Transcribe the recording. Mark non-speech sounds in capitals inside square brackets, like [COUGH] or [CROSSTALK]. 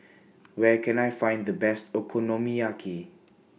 [NOISE] Where Can I Find The Best Okonomiyaki